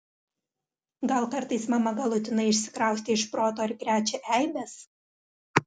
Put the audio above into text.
gal kartais mama galutinai išsikraustė iš proto ir krečia eibes